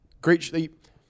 great